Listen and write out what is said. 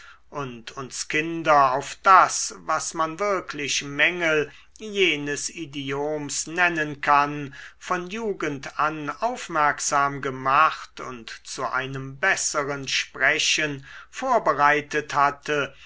und uns kinder auf das was man wirklich mängel jenes idioms nennen kann von jugend an aufmerksam gemacht und zu einem besseren sprechen vorbereitet hatte